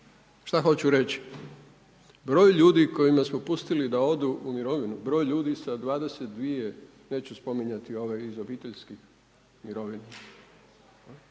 Što hoću reći? Broj ljudi kojima smo pustili da odu u mirovinu, broj ljudi sa 22, neću spominjati ove iz obiteljskih mirovina